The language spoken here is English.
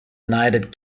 united